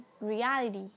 reality